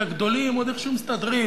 כי הגדולים עוד איכשהו מסתדרים.